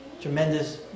tremendous